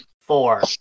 four